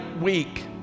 week